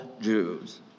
Jews